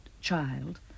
child